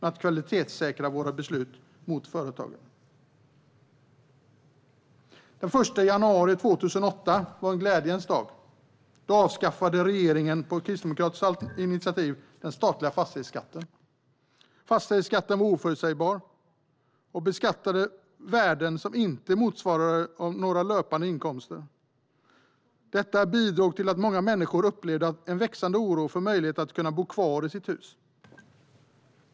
Den 1 januari 2008 var en glädjens dag. Då avskaffade regeringen på kristdemokratiskt initiativ den statliga fastighetsskatten. Fastighetsskatten var oförutsägbar och beskattade värden som inte motsvarades av några löpande inkomster. Detta bidrog till att många människor upplevde en växande oro för möjligheten att bo kvar i sina hus.